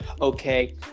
Okay